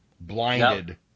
blinded